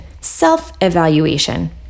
self-evaluation